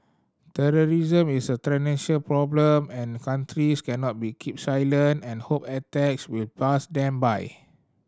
terrorism is a problem and countries cannot be keep silent and hope attacks will pass them by